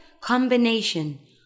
combination